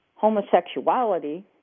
Homosexuality